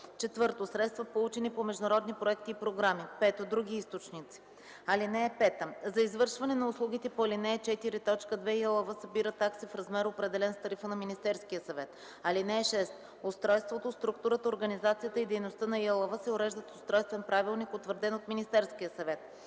закон; 4. средства, получени по международни проекти и програми; 5. други източници. (5) За извършване на услугите по ал. 4, т. 2 ИАЛВ събира такси в размер, определен с тарифа на Министерския съвет. (6) Устройството, структурата, организацията и дейността на ИАЛВ се уреждат с устройствен правилник, утвърден от Министерския съвет.